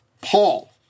Paul